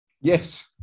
Yes